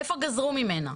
איפה גזרו ממנה.